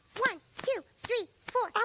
one, two, three, four.